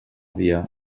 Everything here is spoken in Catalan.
via